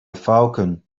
falcon